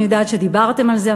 אני יודעת שדיברתם על זה,